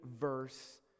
verse